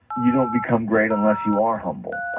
you don't become great unless you are humble,